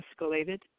escalated